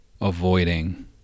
avoiding